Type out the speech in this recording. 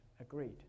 agreed